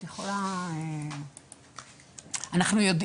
כן יצא